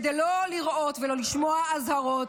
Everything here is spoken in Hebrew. כדי לא לראות ולא לשמוע אזהרות,